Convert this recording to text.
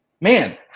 man